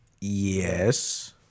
Yes